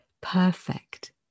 Perfect